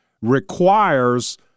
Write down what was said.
requires